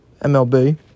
MLB